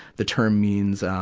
the term means, um,